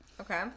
Okay